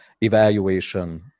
evaluation